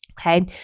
Okay